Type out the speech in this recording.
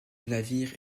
navire